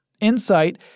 InSight